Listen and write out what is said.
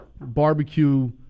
barbecue